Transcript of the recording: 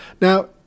Now